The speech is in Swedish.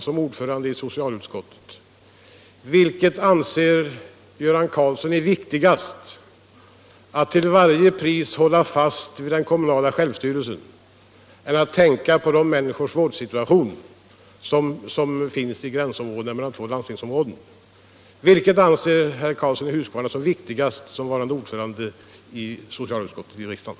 som ordförande i socialutskottet: Vilket är viktigast — att till varje pris hålla fast vid den kommunala självstyrelsen eller att tänka på vårdsituationen för de människor som bor nära gränsen mellan två landstingsområden?